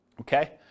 Okay